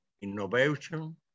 innovation